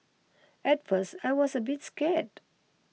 at first I was a bit scared